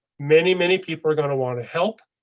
many, many people are going to want to help.